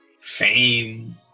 fame